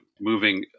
moving